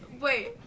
wait